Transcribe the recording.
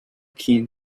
keen